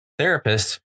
therapists